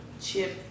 chip